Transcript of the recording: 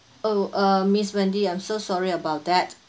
oh uh miss wendy I'm so sorry about that